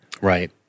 Right